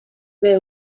wij